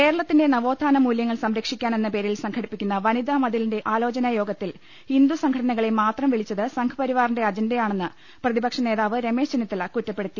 കേരളത്തിന്റെ നവോത്ഥാന മൂല്യങ്ങൾ സംരക്ഷിക്കാനെന്ന പേരിൽ സംഘടിപ്പിക്കുന്ന വനിതാ മതിലിന്റെ ആലോചനാ യോഗ ത്തിൽ ഹിന്ദുസംഘടനകളെ മാത്രം വിളിച്ചത് സംഘ്പരിവാറിന്റെ അജ ണ്ടയാണെന്ന് പ്രതിപക്ഷ നേതാവ് രമേശ് ചെന്നിത്തല കുറ്റപ്പെടുത്തി